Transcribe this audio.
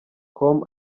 com